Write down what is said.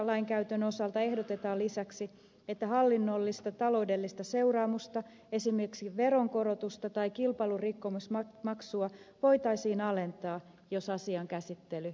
hallintolainkäytön osalta ehdotetaan lisäksi että hallinnollista taloudellista seuraamusta esimerkiksi veronkorotusta tai kilpailurikkomusmaksua voitaisiin alentaa jos asian käsittely viivästyy